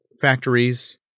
factories